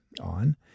on